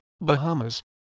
Bahamas